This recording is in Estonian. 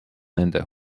nende